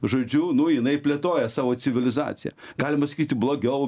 žodžiu nu jinai plėtoja savo civilizaciją galima sakyti blogiau